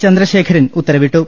ചന്ദ്രശേഖരൻ ഉത്തരവിട്ടു